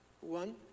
One